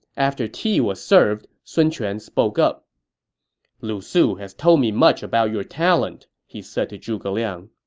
after tea was served, sun quan spoke up lu su has told me much about your talent, he said to zhuge liang.